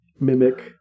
mimic